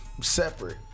separate